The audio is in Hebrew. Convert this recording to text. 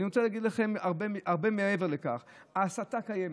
אני רוצה להגיד לכם הרבה מעבר לכך: ההסתה קיימת.